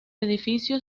edificio